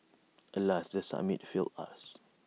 alas the summit failed us